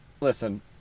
listen